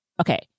okay